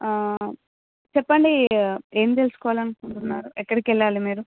ఆ చెప్పండి ఏం తెలుసుకోవాలనుకుంటున్నారు ఎక్కడికి వెళ్ళాలి మీరు